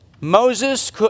Moses